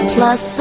Plus